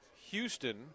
Houston